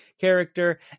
character